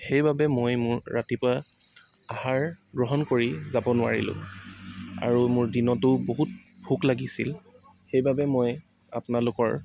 সেইবাবে মই মোৰ ৰাতিপুৱা আহাৰ গ্ৰহণ কৰি যাব নোৱাৰিলোঁ আৰু মোৰ দিনতো বহুত ভোক লাগিছিল সেইবাবে মই আপোনালোকৰ